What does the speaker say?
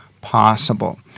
possible